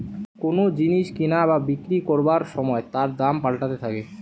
কোন জিনিস কিনা বা বিক্রি করবার সময় তার দাম পাল্টাতে থাকে